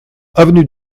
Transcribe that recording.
avenue